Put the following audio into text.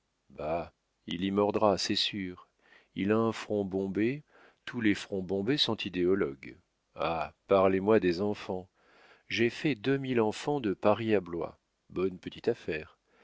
bah il y mordra c'est sûr il a un front bombé tous les fronts bombés sont idéologues ah parlez-moi des enfants j'ai fait deux mille enfants de paris à blois bonne petite affaire